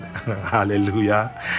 hallelujah